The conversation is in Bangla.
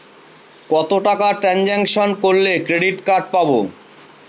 কত টাকা ট্রানজেকশন করলে ক্রেডিট কার্ড পাবো?